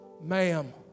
ma'am